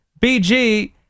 BG